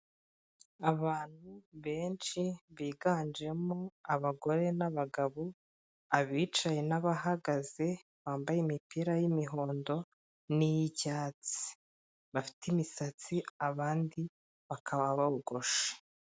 Abantu benshi biganjemo abagore n'abagabo, abicaye n'abahagaze bambaye imipira y'imihondo n'iy'icyatsi, bafite imisatsi abandi bakaba bogosha.